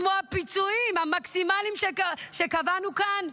כמו הפיצויים המקסימליים שקבענו כאן.